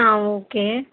ஆ okay